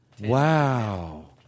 Wow